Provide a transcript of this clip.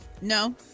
No